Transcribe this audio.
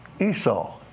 Esau